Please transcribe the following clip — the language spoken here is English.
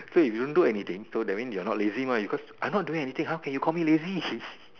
so if you don't do anything so that means you are not lazy mah because I am not doing anything how can you call me lazy